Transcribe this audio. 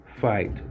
fight